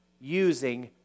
using